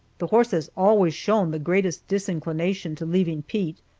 the horse has always shown the greatest disinclination to leaving pete,